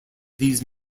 these